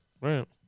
right